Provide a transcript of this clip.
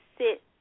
sit